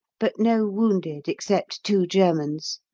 but no wounded except two germans.